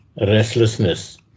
restlessness